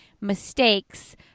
mistakes